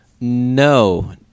No